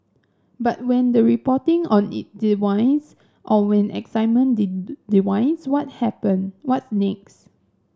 but when the reporting on it dwindles or when excitement dwindles what happen what's next